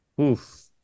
oof